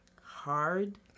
hard